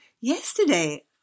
yesterday